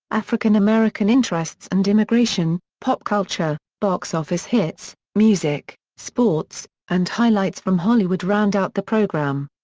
african-american interests and immigration, pop culture, box office hits, music, sports, and highlights from hollywood round out the program.